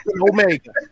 Omega